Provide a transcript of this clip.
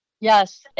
Yes